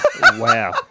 Wow